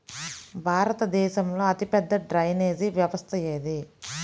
భారతదేశంలో అతిపెద్ద డ్రైనేజీ వ్యవస్థ ఏది?